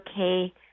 okay